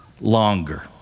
longer